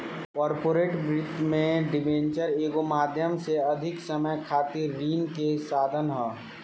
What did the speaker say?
corporate वित्त में debenture एगो माध्यम से अधिक समय खातिर ऋण के साधन ह